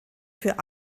für